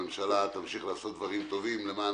הממשלה תמשיך לעשות דברים טובים למען